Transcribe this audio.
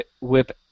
whip